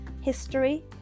history